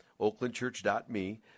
oaklandchurch.me